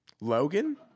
Logan